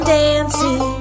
dancing